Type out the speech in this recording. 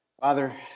Father